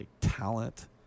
talent